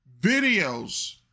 videos